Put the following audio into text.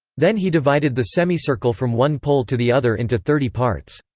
then he divided the semicircle from one pole to the other into thirty parts.